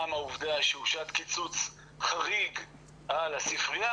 העובדה שהושת קיצוץ חריג על הספרייה,